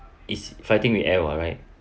is fighting with air am I right